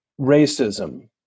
racism